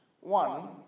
One